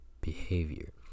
behavior